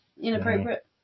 inappropriate